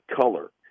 color